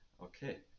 Okay